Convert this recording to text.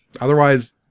otherwise